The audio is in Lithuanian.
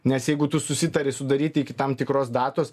nes jeigu tu susitari sudaryti iki tam tikros datos